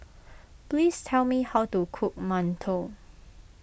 please tell me how to cook Mantou